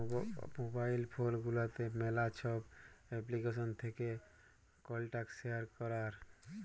mobile phone গুলাতে ম্যালা ছব এপ্লিকেশল থ্যাকে কল্টাক্ট শেয়ার ক্যরার